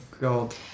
God